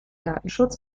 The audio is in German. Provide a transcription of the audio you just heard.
datenschutz